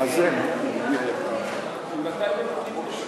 חוק העונשין (תיקון מס' 117),